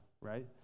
right